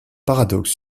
paradoxe